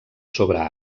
sobre